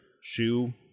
shoe